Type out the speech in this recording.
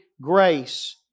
grace